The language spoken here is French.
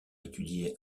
étudié